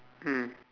mm